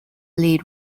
lead